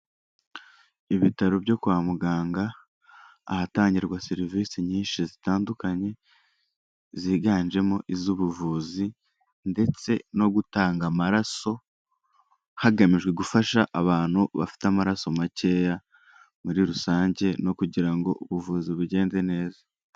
Ibitaro byo kwa muganga, ahatangirwa serivisi nyinshi zitandukanye, ziganjemo iz'ubuvuzi ndetse no gutanga amaraso, hagamijwe gufasha abantu bafite amaraso makeya muri rusange no kugira ngo ubuvuzi bugende neza.